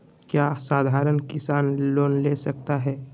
क्या साधरण किसान लोन ले सकता है?